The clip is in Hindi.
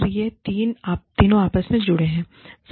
और ये तीनों आपस में जुड़े हुए हैं